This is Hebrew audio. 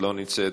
לא נמצאת,